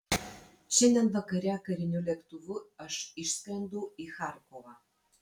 šiandien vakare kariniu lėktuvu aš išskrendu į charkovą